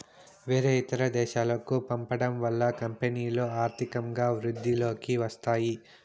వేరే ఇతర దేశాలకు పంపడం వల్ల కంపెనీలో ఆర్థికంగా వృద్ధిలోకి వస్తాయి